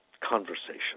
conversation